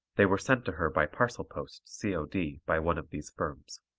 they were sent to her by parcel post c o d. by one of these firms.